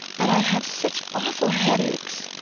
and i have such awful headaches.